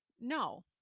No